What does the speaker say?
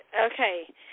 Okay